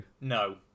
No